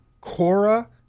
cora